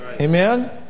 Amen